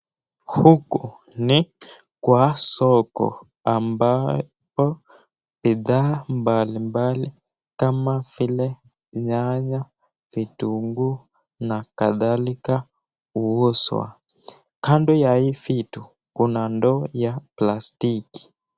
Huku ni kwa soko ambako bidhaa mbalimbali kama vile nyanya, vitunguu na kadhalika huuzwa. Kando ya hii vitu, kuna ndoo ya plastiki.